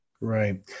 Right